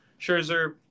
Scherzer